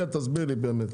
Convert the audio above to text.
תכף אסביר לך.